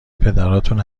پدراتون